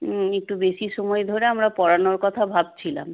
হুম একটু বেশি সময় ধরে আমরা পড়ানোর কথা ভাবছিলাম